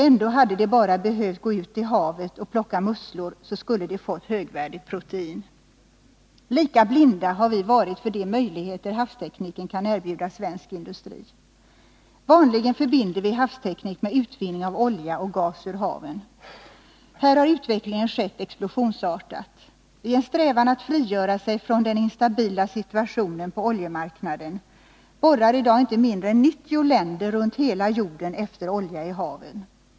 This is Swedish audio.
Ändå hade de bara behövt gå ut i havet och plocka musslor så skulle de fått högvärdigt protein.” Lika blinda har vi varit för de möjligheter havstekniken kan erbjuda svensk industri. Vanligen förbinder vi havsteknik med utvinningen av olja och gas ur haven. Här har utvecklingen skett explosionsartat. I en strävan att frigöra sig 85 från den instabila situationen på oljemarknaden borrar i dag inte mindre än 90 länder runt hela jorden efter olja i haven.